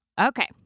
Okay